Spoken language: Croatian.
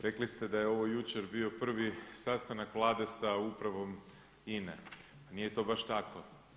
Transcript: Rekli ste da je ovo jučer bio prvi sastanak Vlade sa upravom INA-e, nije to baš tako.